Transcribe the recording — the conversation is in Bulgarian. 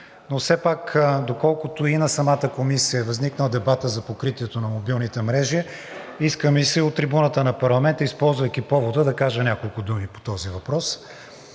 Но все пак, доколкото и на самата комисия е възникнал дебатът за покритието на мобилните мрежи, иска ми се от трибуната на парламента, използвайки повода, да кажа няколко думи по този въпрос.